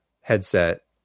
headset